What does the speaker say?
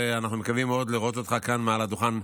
ואנחנו מקווים מאוד לראות אותך כאן מעל הדוכן,